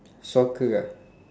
soccer ah